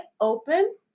open